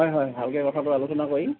হয় হয় ভালকৈ কথাটো আলোচনা কৰিম